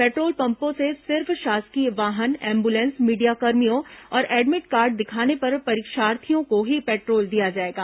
petrol पम्पों से सिर्फ शासकीय वाहन एंबुलेंस मीडियाकर्मियों और एडमिट कार्ड दिखाने पर परीक्षार्थियों को ही पेट्रोल दिया जाएगा